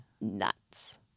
nuts